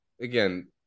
again